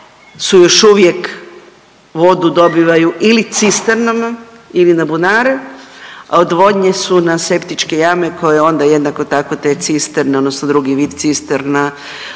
su još uvijek vodu dobivaju ili cisternama ili na bunare, a odvodnje su na septičke jame koje onda jednako tako te cisterne odnosno drugi vid cisterna